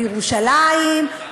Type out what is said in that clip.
בירושלים,